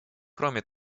кроме